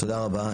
תודה רבה.